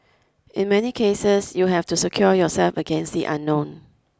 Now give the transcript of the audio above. in many cases you have to secure yourself against the unknown